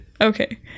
Okay